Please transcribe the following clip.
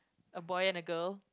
a boy and a girl